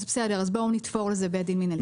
אז בואו נתפור לזה בית דין מנהלי.